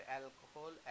alcohol